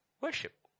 Worship